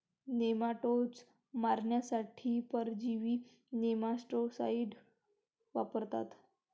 nematodes मारण्यासाठी परजीवी nematicides वापरतात